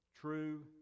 true